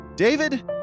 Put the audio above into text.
David